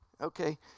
Okay